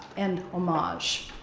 and omage.